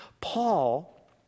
Paul